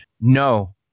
no